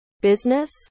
business